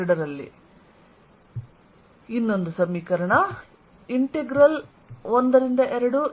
dlalong 112E